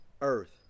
earth